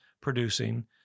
producing